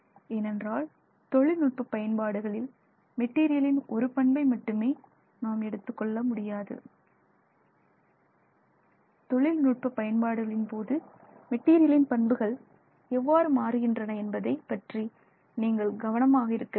ஏனென்றால் தொழிநுட்ப பயன்பாடுகளில் மெட்டீரியலின் ஒரு பண்பை மட்டுமே நாம் எடுத்துக் கொள்ள முடியாது தொழில்நுட்ப பயன்பாடுகளின் போது மெட்டீரியலின் பண்புகள் எவ்வாறு மாறுகின்றன என்பதை பற்றி நீங்கள் கவனமாக இருக்க வேண்டும்